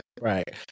Right